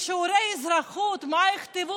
מה יכתבו